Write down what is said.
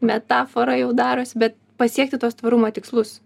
metafora jau darosi bet pasiekti tuos tvarumo tikslus